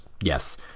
yes